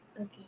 Okay